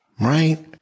right